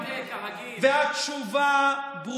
קריב, כרגיל אתה מטעה, אתה טועה ומטעה כרגיל.